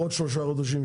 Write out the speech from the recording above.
עוד שלושה חודשים,